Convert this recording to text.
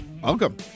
Welcome